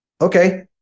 Okay